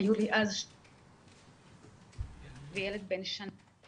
היו לי אז שני ילדים, ילד בן שנה.